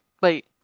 Wait